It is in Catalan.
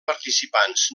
participants